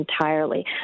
entirely